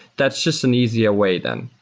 that's just an easier way then.